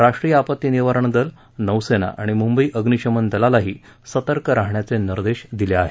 राष्ट्रीय आपत्ती निवारण दल नौसेना आणि मुंबई अग्निशमन दलालाही सतर्क राहण्याचे निर्देश दिले आहेत